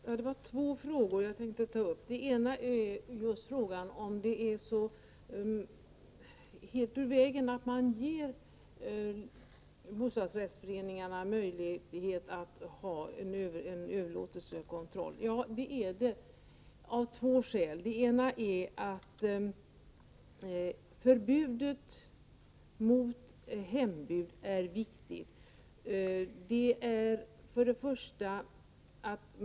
Fru talman! Den ena frågan som jag tänkte ta upp gäller om det är helt ur vägen att man ger bostadsrättsföreningarna möjlighet att ha en överlåtelsekontroll. Ja, det är det av två skäl. Det ena skälet är att förbudet mot hembud är viktigt.